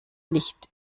nicht